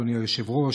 אדוני היושב-ראש,